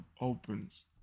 opens